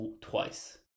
twice